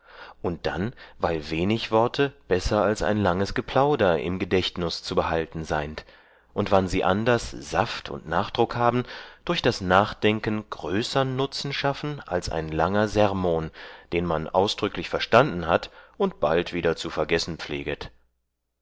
und dann weil wenig worte besser als ein langes geplauder im gedächtnus zu behalten seind und wann sie anders saft und nachdruck haben durch das nachdenken größern nutzen schaffen als ein langer sermon den man ausdrücklich verstanden hat und bald wieder zu vergessen pfleget